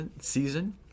season